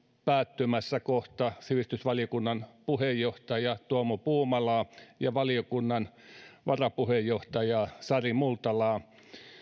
päättymässä kohta sivistysvaliokunnan puheenjohtaja tuomo puumalaa ja valiokunnan varapuheenjohtaja sari multalaa